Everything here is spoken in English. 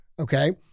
okay